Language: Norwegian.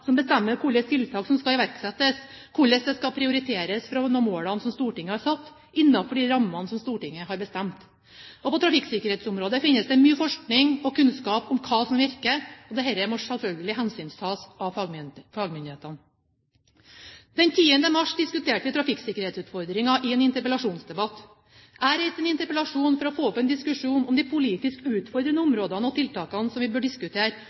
som bestemmer hvilke tiltak som skal iverksettes, hvordan det skal prioriteres for å nå målene som Stortinget har satt innenfor de rammene som Stortinget har bestemt. På trafikksikkerhetsområdet finnes det mye forskning og kunnskap om hva som virker, og dette må selvfølgelig hensyntas av fagmyndighetene. Den 10. mars diskuterte vi trafikksikkerhetsutfordringer i en interpellasjonsdebatt. Jeg reiste en interpellasjon for å få opp en diskusjon om de politisk utfordrende områdene og tiltakene som vi bør diskutere